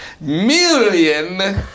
million